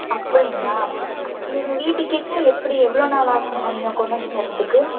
அப்படிங்களா நீங்கள் வீட்டுக்கே எப்படி எவ்வளோ நாள் ஆகுங்க நீங்கள் கொண்டு வந்து தரதுக்கு